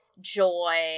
joy